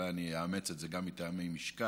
אולי אני אאמץ את זה גם מטעמי משקל,